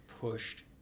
pushed